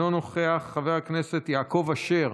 אינו נוכח, חבר הכנסת יעקב אשר,